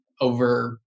over